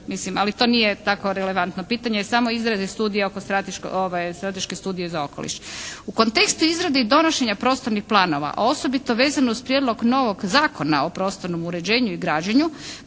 ali to nije tako relevantno pitanje, jer sama izrada studija oko, strateške studije za okoliš. U kontekstu izrade i donošenja prostornih planova, a osobito vezano uz prijedlog novog Zakona o prostornom uređenju i građenju